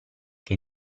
che